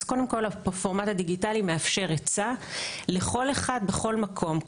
אז קודם כל הפורמט הדיגיטלי מאפשר היצע לכל אחד בכל מקום,